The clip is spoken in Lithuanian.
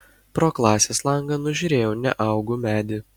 pro klasės langą nužiūrėjau neaugų medį